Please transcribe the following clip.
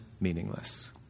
meaningless